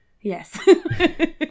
yes